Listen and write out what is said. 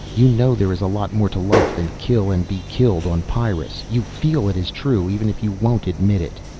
you know there is a lot more to life than kill-and-be-killed on pyrrus. you feel it is true, even if you won't admit it.